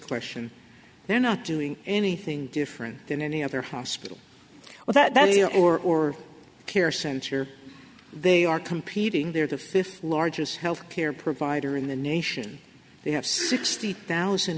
question they're not doing anything different than any other hospital well that you know or care since here they are competing they're the fifth largest health care provider in the nation they have sixty thousand